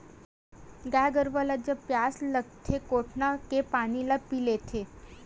गाय गरुवा ल जब पियास लागथे कोटना के पानी ल पीय लेथे